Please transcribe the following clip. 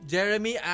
Jeremy